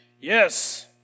yes